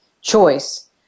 choice